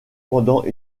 pendant